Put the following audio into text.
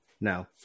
now